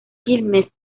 quilmes